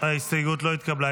ההסתייגות לא התקבלה.